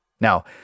Now